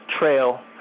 Trail